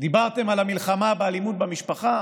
דיברתם על המלחמה באלימות במשפחה,